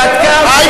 שתקה, די,